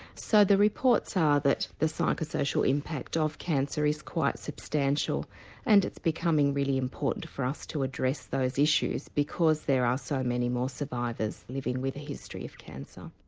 so the reports are that the psycho-social impact of cancer is quite substantial and it's becoming really important for us to address those issues because there are so many more survivors living with a history of cancer.